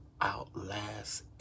outlast